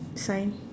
sign